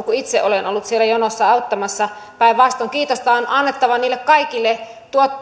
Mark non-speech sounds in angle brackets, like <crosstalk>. <unintelligible> kun itse olen ollut siellä jonossa auttamassa päinvastoin kiitosta on annettava niille kaikille